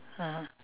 (uh huh)